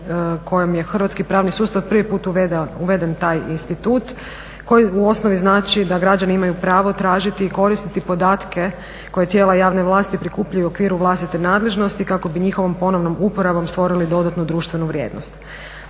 kojom je Hrvatski pravni sustav prvi put uveden taj institut koji u osnovi znači da građani imaju pravo tražiti i koristiti podatke koje tijela javne vlasti prikupljaju u okviru vlastite nadležnosti kako bi njihovom ponovnom uporabom stvorili dodatnu društvenu vrijednost.